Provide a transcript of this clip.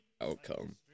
outcome